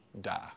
die